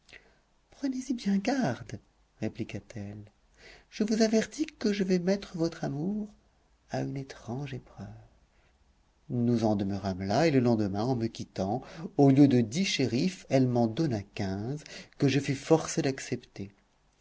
prenez-y bien garde répliqua-t-elle je vous avertis que je vais mettre votre amour à une étrange épreuve nous en demeurâmes là et le lendemain en me quittant au lieu de dix scherifs elle m'en donna quinze que je fus forcé d'accepter